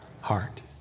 heart